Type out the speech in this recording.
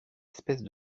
espèces